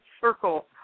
circle